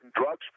drugs